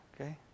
Okay